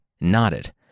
nodded